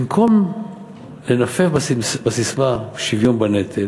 במקום לנופף בססמה "שוויון בנטל",